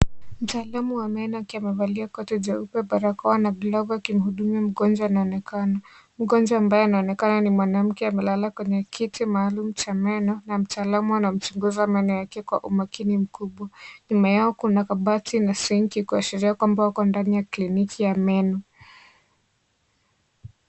Mtaalamu wa meno akiwa amevalia koti jeupe, barakoa na glavu wakimhudumiwa mgonjwa anaonekana. Mgonjwa ambaye anaonekana ni mwanamke amelala kwenye kiti maalum cha meno na mtaalamu anamchunguza meno yake kwa umakini mkubwa. Nyuma yao kuna kabati na sinki kuashiria kwamba wako ndani ya kliniki ya meno.